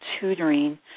tutoring